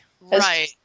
Right